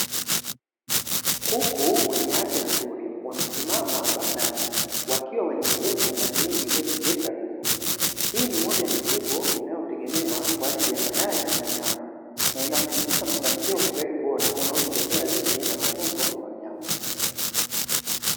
Kuku wenye afya nzuri wamesimama bandani, wakiwa wenye nguvu na miili iliyojengeka vizuri, hii ni moja ya mifugo inayotegemewa kwa ajili ya mayai na nyama, na inathibitisha mafanikio ya ufugaji bora unaozingatia lishe na matunzo ya wanyama.